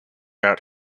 out